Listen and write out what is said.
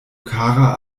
kara